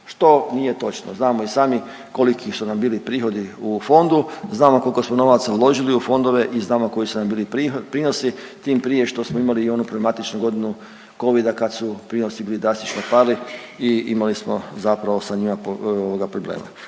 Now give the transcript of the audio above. što nije točno. Znamo i sami koliki su nam bili prihodi u fondu, znamo koliko smo novaca uložili u fondove i znamo koji su nam bili prinosi, tim prije što smo imali i onu problematičnu godinu Covida kad su prinosi bili drastično pali i imali smo zapravo sa njima problema.